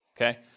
Okay